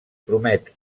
promet